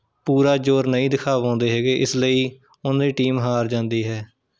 ਪੂਰਾ ਜੋਰ ਨਹੀਂ ਦਿਖਾ ਪਾਉਂਦੇ ਹੈਗੇ ਇਸ ਲਈ ਉਹਨਾਂ ਦੀ ਟੀਮ ਹਾਰ ਜਾਂਦੀ ਹੈ